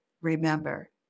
remember